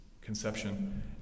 conception